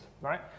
right